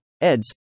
Eds